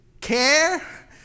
care